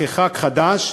כחבר כנסת חדש,